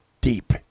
deep